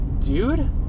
dude